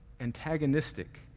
antagonistic